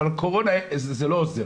אבל לקורונה זה לא עוזר'.